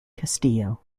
castillo